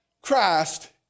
Christ